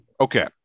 okay